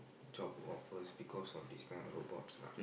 jobs offers because of this kind of robots lah